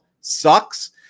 sucks